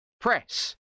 press